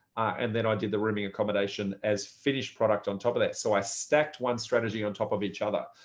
and then i did the rooming accommodation as finished product on top of that, so i stacked one strategy on top of each other.